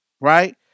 Right